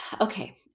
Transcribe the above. okay